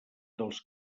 dels